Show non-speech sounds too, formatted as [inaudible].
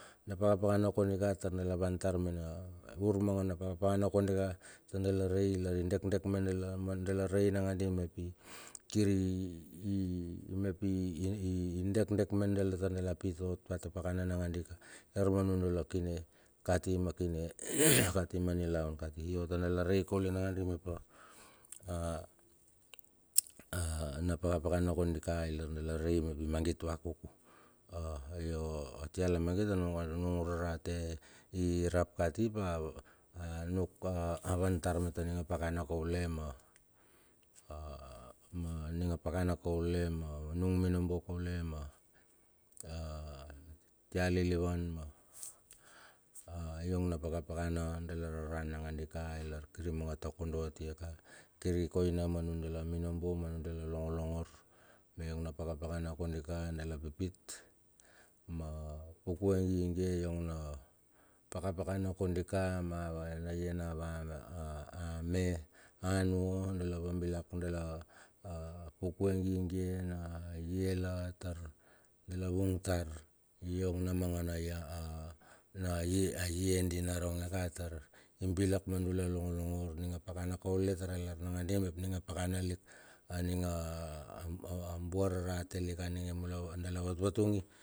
Na pakapakana kondika tar dala wan tar mena urmangana pakapakana kondika tar dala rei lar idekdek ma dala ma dala rei nangandi mep kiri [hesitation] idekdek ma dala tar dala pit ot pa ta pakana nagandi ka tar ma nundala kine kati ma kine [hesitation] kati ma nilau kati. Yo tar dala rei kaule nangandi mep [hesitation] na pakapakana kondika ilar dala rei mep imangit vakuku [hesitation] atia lamangi anung rarate irap kati ap a nuk avan tar meta ning a pakana kaule ma [hesitation] a ning apakana kaule ma nung minombo kaule ma a a atialilivan ma a yong na pakapakana dala reran nangandika ilar kiri manga takodo atue ka, kiri koina ma nundala minombo ma nundala longolongor, me yong na pakapakana kondika dala pipit, ma pukue ngingie yong na pakapakana kondika ma va na yena [hesitation] me a nua dala vabilak dala pukue ngingie na yela tar dala vung tar yong na mangana yang na ye di naronge ka tar ibilak ma nundala na longolongor, aninga pakana kaule tar a lar nangadi mep aning apakana lik aninga bua barate lik aninge mula dala vatvat tungi.